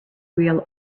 real